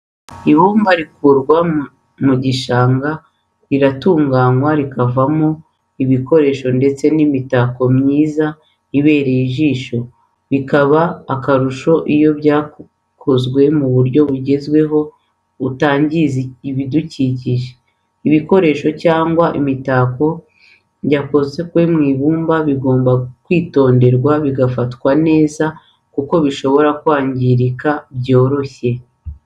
Ibumba rikurwa mu gishanga riratunganywa rikavamo ibikoresho ndetse n'imitako myiza ibereye ijisho bikaba akarusho iyo byakozwe mu buryo bugezweho butangiza ibidukikije. ibikoresho cyangwa se imitako bikozwe mu ibumba bigomba kwitonderwa bigafatwa neza kuko bishobora kwangirika byoroshye.